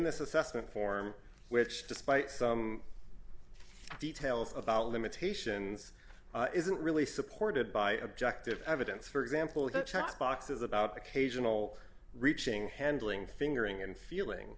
this assessment form which despite some details about limitations isn't really supported by objective evidence for example the charts box is about occasional reaching handling fingering and feeling